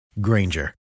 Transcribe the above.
Granger